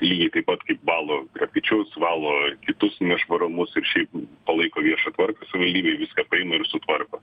lygiai taip pat kaip valo grafičius valo kitus nešvarumus ir šiaip palaiko viešą tvarką savivaldybė viską paima ir sutvarko